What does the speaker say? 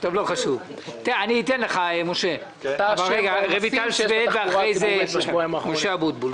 חברת הכנסת רויטל סויד ואחריה חבר הכנסת משה אבוטבול.